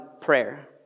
prayer